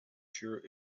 sure